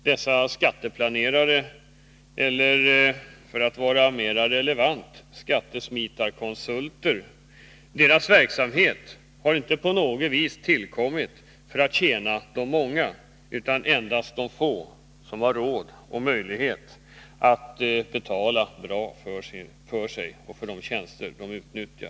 Dessa skatteplanerares eller, mera relevant uttryckt, skattesmitarkonsulters verksamhet har inte på något vis tillkommit för att tjäna de många, utan endast de få som har råd och möjlighet att betala bra för de tjänster de utnyttjar.